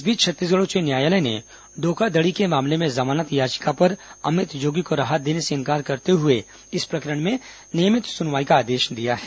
इस बीच छत्तीसगढ़ उच्च न्यायालय ने धोखाधड़ी के मामले में जमानत याचिका पर अमित जोगी को राहत देने से इनकार करते हुए इस प्रकरण में नियमित सुनवाई का आदेश दिया है